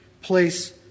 place